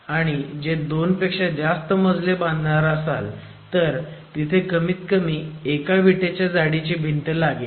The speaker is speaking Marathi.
आणि जे 2 पेक्षा जास्त मजले बांधणार असाल तर तिथे कमीत कमी एका विटेच्या जाडीची भिंत लागेल